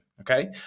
Okay